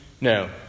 no